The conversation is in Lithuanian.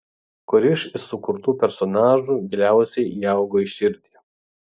kuris iš sukurtų personažų giliausiai įaugo į širdį